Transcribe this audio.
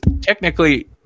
technically